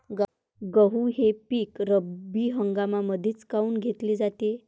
गहू हे पिक रब्बी हंगामामंदीच काऊन घेतले जाते?